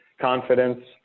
confidence